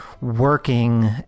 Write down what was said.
working